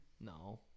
No